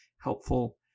helpful